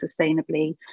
sustainably